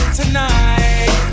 tonight